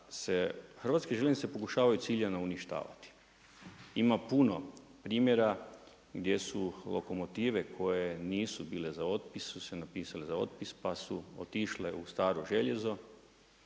dvojbe da se HŽ pokušavaju ciljano uništavati, ima puno primjera gdje su lokomotive koje nisu bile za otpis su se napisale za otpis pa su otišle u staro željezno,